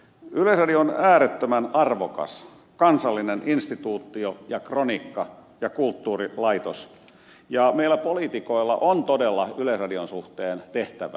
yleisradio on äärettömän arvokas kansallinen instituutio ja kronikka ja kulttuurilaitos ja meillä poliitikoilla on todella yleisradion suhteen tehtävää